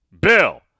Bill